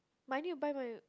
but I need to buy my